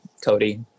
Cody